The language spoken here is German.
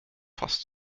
fast